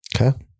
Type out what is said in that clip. okay